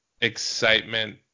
excitement